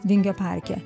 vingio parke